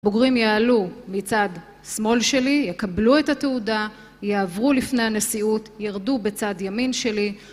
הבוגרים יעלו מצד שמאל שלי, יקבלו את התעודה, יעברו לפני הנשיאות, ירדו בצד ימין שלי